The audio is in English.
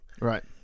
Right